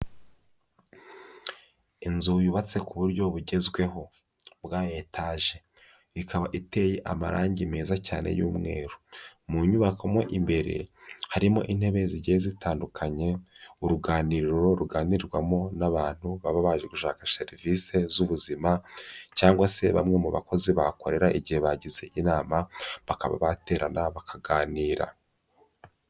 Inzu yubatse ku buryo bugezweho bwa etaje, ikaba iteye amarangi meza cyane y'umweru, mu nyubako mo imbere harimo intebe zigiye zitandukanye, uruganiriro ruganirwamo n'abantu baba baje gushaka serivise z'ubuzima cyangwa se bamwe mu bakozi bahakorera igihe bagize inama bakaba baterana bakaganira.